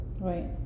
Right